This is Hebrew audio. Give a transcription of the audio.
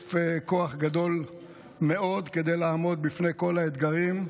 בהיקף כוח גדול מאוד כדי לעמוד בפני כל האתגרים.